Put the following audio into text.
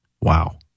Wow